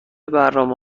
برنامه